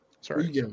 Sorry